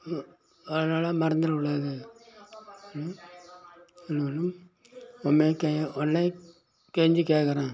அதனால மறந்துட கூடாது உன்னை உன்னை கெஞ்சி கேக்கிறேன்